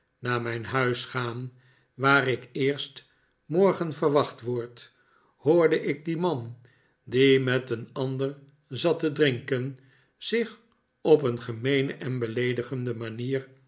naar mijn huis te gaan waar ik eerst morgen verwacht word hoorde ik dien man die met een ander zat te drinken zich op een gemeene en beleedigende manier